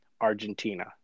Argentina